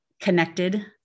connected